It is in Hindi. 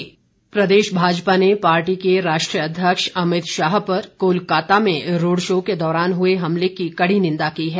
ज्ञापन प्रदेश भाजपा ने पार्टी के राष्ट्रीय अध्यक्ष अमित शाह पर कोलकात्ता में रोड़ के दौरान हुए हमले की कड़ी निंदा की है